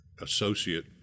associate